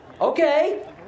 Okay